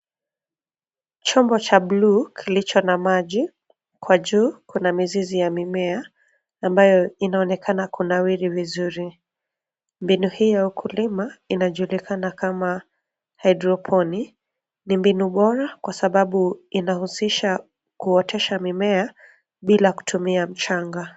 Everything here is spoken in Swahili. Chombo cha bluu kilicho na maji kwa juu kuna mizizi ya mimea , amabayo inaonekana kunawiri vizuri. Mbinu hiyo ya ukulima inajulikana kama hydropinic ni mbinu bora kwa sababu inahusisha kuotesha mimea bila kutumia mchanga.